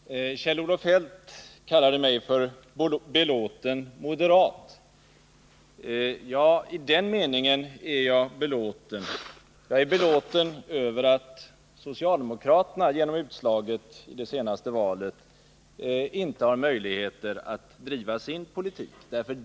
Herr talman! Kjell-Olof Feldt kallade mig för belåten moderat. Ja, i den meningen är jag belåten att jag är glad över att socialdemokraterna genom utslaget i det senaste valet inte har möjligheter att driva sin politik.